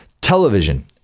television